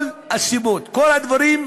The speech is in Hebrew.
כל הסיבות, כל הדברים,